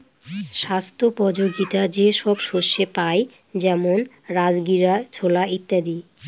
স্বাস্থ্যোপযোগীতা যে সব শস্যে পাই যেমন রাজগীরা, ছোলা ইত্যাদি